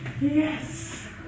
Yes